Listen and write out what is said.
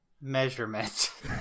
measurement